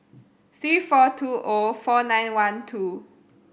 three four two O four nine one two